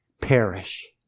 perish